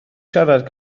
siarad